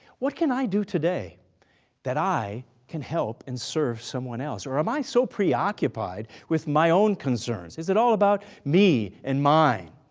what can i do today that i can help and serve someone else? or am i so preoccupied with my own concerns? is it all about me and mine?